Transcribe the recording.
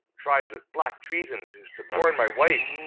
tries with black treason to suborn my wife,